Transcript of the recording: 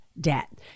debt